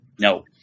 no